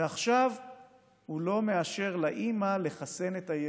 ועכשיו הוא לא מאשר לאימא לחסן את הילד,